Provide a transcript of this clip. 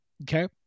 Okay